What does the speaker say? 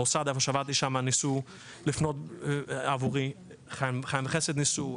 המוסד שבו עבדתי ניסו לפנות עבורי ו"חיים וחסד" ניסו,